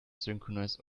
synchronize